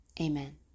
Amen